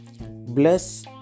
bless